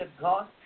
God